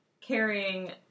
carrying